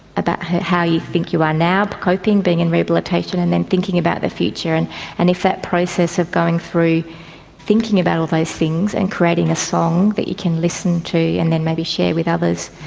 about how you think you are now, coping, being in rehabilitation, and then thinking about the future. and and if that process of going through thinking about all those things and creating a song that you can listen to and then maybe share with others,